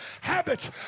habits